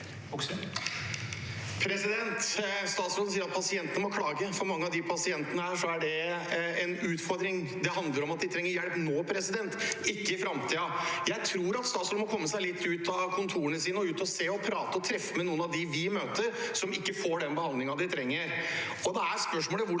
Statsråden sier at pasientene må klage. For mange av disse pasientene er det en utfordring. Det handler om at de trenger hjelp nå, ikke i framtiden. Jeg tror at statsråden må komme seg litt ut av kontoret sitt og se, treffe og prate med noen av dem vi møter, som ikke får den behandlingen de trenger. Da er spørsmålet: Hvordan